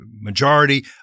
majority